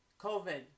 COVID